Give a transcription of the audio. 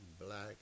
black